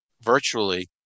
virtually